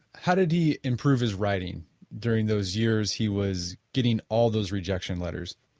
how did he improve his writing during those years he was getting all those rejections letters?